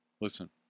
Listen